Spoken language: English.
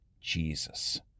Jesus